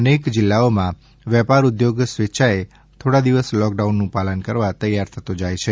અનેક જિલ્લામાં વેપાર ઉદ્યોગ સ્વેચ્છાએ થોડા દિવસ લોકડાઉનનું પાલન કરવા તૈયાર થતો જાય છે